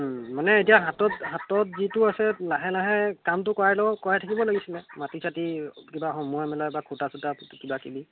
মানে এতিয়া হাতত হাতত যিটো আছে লাহে লাহে কামটো কৰাই লওক কৰাই থাকিব লাগিছিলে মাটি চাতি কিবা সোমোৱা মেলা বা খুঁটা চুটা কিবাকিবি